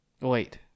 Wait